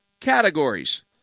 categories